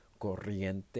corriente